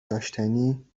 داشتنی